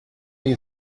you